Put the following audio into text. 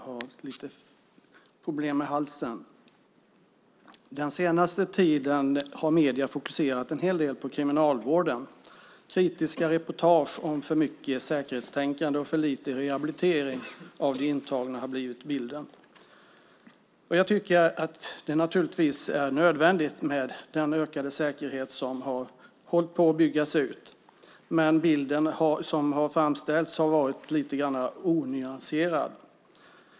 Herr talman! Den senaste tiden har medierna fokuserat en hel del på kriminalvården. Kritiska reportage om för mycket säkerhetstänkande och för lite rehabilitering av de intagna har blivit bilden. Jag tycker att det naturligtvis är nödvändigt med den ökade säkerhet som har hållit på att byggas ut. Bilden som har framställts har varit lite onyanserad.